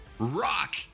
Rock